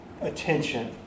attention